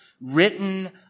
written